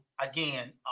again